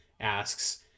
asks